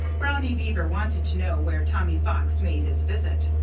brownie beaver wanted to know where tommy fox made his visit.